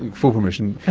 and full permission!